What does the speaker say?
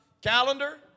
calendar